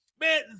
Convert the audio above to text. Man